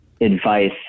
advice